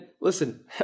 listen